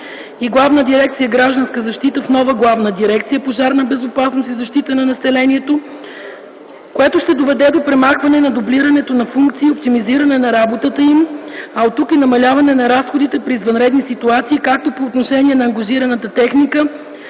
безопасност и защита на населението”, което ще доведе до премахване на дублирането на функции, оптимизиране на работата им, а оттук и намаляване на разходите при извънредни ситуации както по отношение на ангажираната техника,